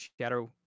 Shadow